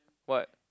what